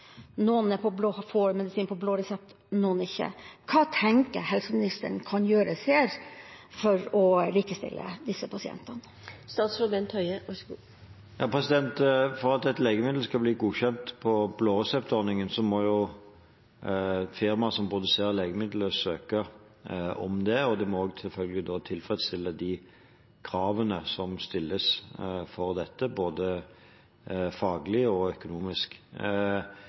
Noen får medisin på blå resept, og noen får ikke. Hva tenker helseministeren kan gjøres her for å likestille disse pasientene? For at et legemiddel skal bli godkjent på blå resept-ordningen, må firmaet som produserer legemidlet, søke om det, og det må selvfølgelig også tilfredsstille de kravene som stilles for dette både faglig og økonomisk.